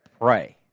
Pray